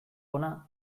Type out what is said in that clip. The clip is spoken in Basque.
hona